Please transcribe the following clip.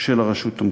של הרשות המקומית.